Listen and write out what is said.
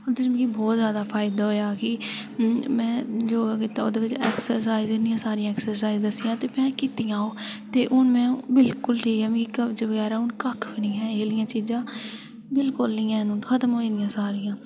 ओह्दे च मिगी बहुत जादा फायदा होआ कि में योगा कीता ओह्दे बिच एक्सर्साईज इ'न्नियां सारियां एक्सर्साईज़ दस्सियां ते में कीतियां ओह् ते हू'न में बिल्कुल ठीक ऐ मिगी कब्ज बगैरा हू'न कक्ख बी निं ऐ एह् आह्लियां चीजां बिलकुल निं है'न हू'न खत्म होई दियां सारियां